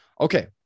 Okay